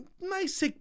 Nice